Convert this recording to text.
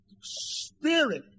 spirit